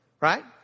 right